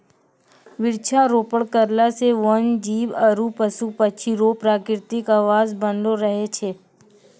वृक्षारोपण करला से वन जीब आरु पशु पक्षी रो प्रकृतिक आवास बनलो रहै छै